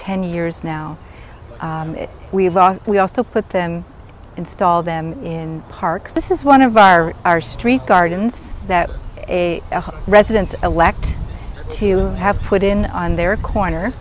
ten years now we also put them install them in parks this is one of our our street gardens that a resident elect to have put in on their corner